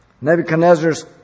Nebuchadnezzar's